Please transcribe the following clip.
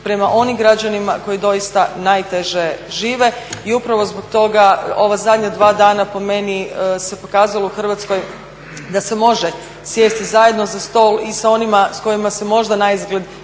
prema onim građanima koji doista najteže žive i upravo zbog toga ova zadnja dva dana po meni se pokazalo u Hrvatskoj da se može sjesti zajedno za stol i sa onima s kojima se možda naizgled